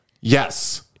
Yes